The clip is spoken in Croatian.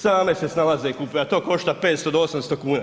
Same se snalaze i kupuju a to košta 500 do 800 kuna.